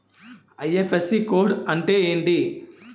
IFSC code అంటే ఏంటి?